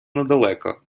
недалеко